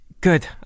good